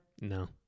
No